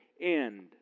end